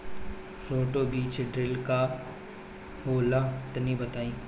Roto बीज drill का होला तनि बताई?